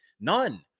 None